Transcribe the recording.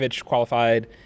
qualified